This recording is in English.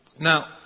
Now